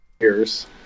years